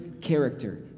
character